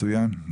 מצוין.